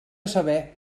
saber